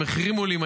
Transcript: המחירים עולים,